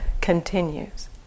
continues